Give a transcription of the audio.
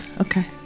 Okay